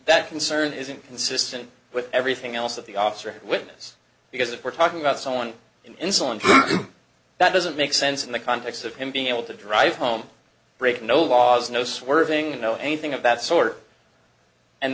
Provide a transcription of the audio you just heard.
that concern is inconsistent with everything else that the officer witness because if we're talking about someone insolent that doesn't make sense in the context of him being able to drive home break no laws no swerving no anything of that sort and